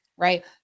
right